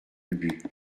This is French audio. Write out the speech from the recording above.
ubu